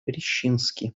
рищински